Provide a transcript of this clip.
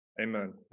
Amen